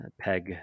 peg